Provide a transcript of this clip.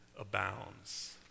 abounds